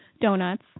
donuts